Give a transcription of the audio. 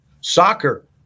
Soccer